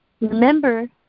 Remember